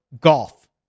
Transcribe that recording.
golf